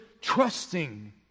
trusting